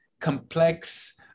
complex